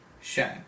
shine